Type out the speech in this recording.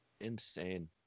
Insane